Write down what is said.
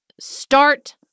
start